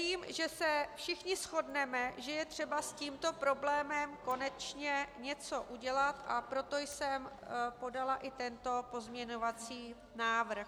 Věřím, že se všichni shodneme, že je třeba s tímto problémem konečně něco udělat, a proto jsem podala tento pozměňovací návrh.